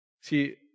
See